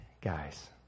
guys